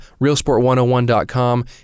RealSport101.com